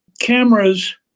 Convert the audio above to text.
cameras